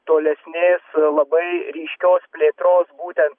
tolesnės labai ryškios plėtros būtent